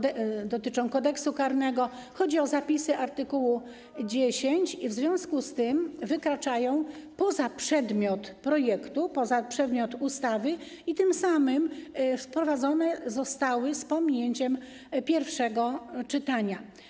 Dotyczą Kodeksu karnego, chodzi o zapisy art. 10, w związku z tym wykraczają poza przedmiot projektu, poza przedmiot ustawy i tym samym zostały wprowadzone z pominięciem pierwszego czytania.